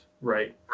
right